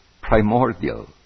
primordial